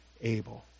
Abel